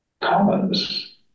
commons